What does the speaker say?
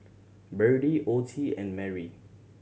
Berdie Ottie and Merry